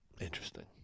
Interesting